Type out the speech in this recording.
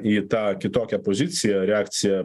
į tą kitokią poziciją reakcija